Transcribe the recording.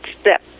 step